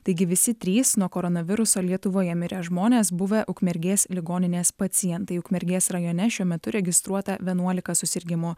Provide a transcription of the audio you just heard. taigi visi trys nuo koronaviruso lietuvoje mirę žmonės buvę ukmergės ligoninės pacientai ukmergės rajone šiuo metu registruota vienuolika susirgimų